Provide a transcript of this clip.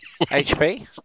HP